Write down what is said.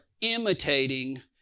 imitating